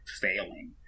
failing